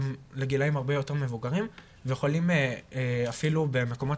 הם לגילאים הרבה יותר מבוגרים ויכולים אפילו במקומות